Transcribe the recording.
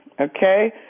Okay